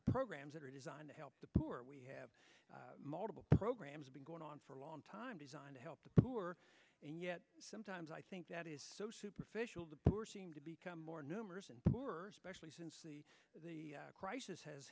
the programs that are designed to help the poor we have multiple programs been going on for a long time designed to help the poor and yet sometimes i think that is so superficial the poor seem to become more numerous and poorer specially since the crisis has